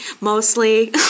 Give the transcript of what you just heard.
mostly